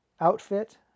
outfit